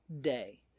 day